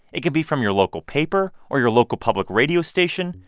it could be from your local paper or your local public radio station.